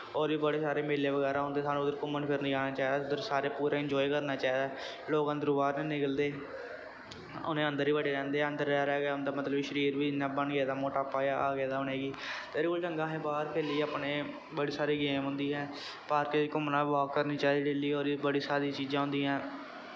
होर बी बड़े सारे मेले बगैरा होंदे सानू उद्धर घूमन फिरन जाना चाहिदा उद्धर सारे पूरे इंजाए करना चाहिदा लोग अन्दरूं बाह्र नी निकलदे उ'नें अन्दर ई बड़े रैंह्दे ऐ उं'दा मतलब शरीर बी इ'यां बन गेदा मोटापा जेहा आ गेदा उ'नेंगी ते एह्दे कोला चंगा कि असें बाह्र डेली अपने बड़ी सारी गेम होंदी ऐ पार्के च घूमना वॉक करनी चाहिदी डेली होर बी बड़ी सारी चीजां होंदियां ऐ